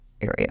area